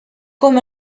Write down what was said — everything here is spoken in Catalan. com